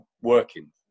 working